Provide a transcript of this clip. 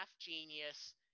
genius